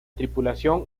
tripulación